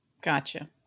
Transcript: Gotcha